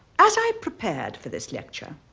as i prepared for this lecture,